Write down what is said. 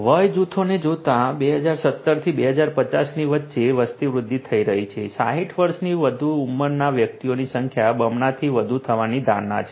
વય જૂથોને જોતાં 2017 થી 2050 ની વચ્ચે વસ્તી વૃદ્ધ થઈ રહી છે 60 વર્ષથી વધુ ઉંમરના વ્યક્તિઓની સંખ્યા બમણાથી વધુ થવાની ધારણા છે